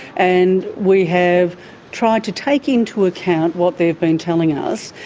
and we have tried to take into account what they have been telling us.